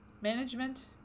management